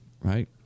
right